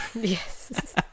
yes